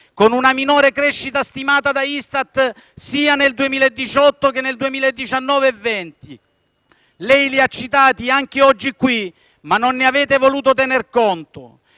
con una minore crescita stimata da ISTAT sia nel 2018 che nel 2019 e nel 2020. Lei li ha citati anche oggi qui, ma non ne avete voluto tener conto.